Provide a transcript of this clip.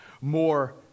more